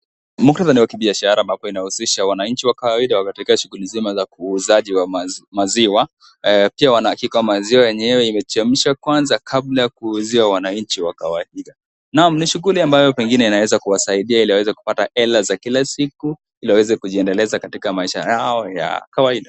Muktadha ni wa kibiashara ambayo ina wahusisha wananchi wa kawaida katika shughuli nzima za uuzaji wa maziwa. Pia wanahakikisha kwamba maziwa yenyewe imechemshwa kwanza kabla ya kuwauzia wananchi wa kawaida. Naam ni shughuli ambayo inaweza kuwasaidia ili waweze kupata hela za kila siku ili waweze kujiendeleza katika maisha yao ya kawaida.